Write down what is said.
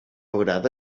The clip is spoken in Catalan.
agrada